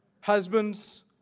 Husbands